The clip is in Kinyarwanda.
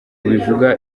bivuga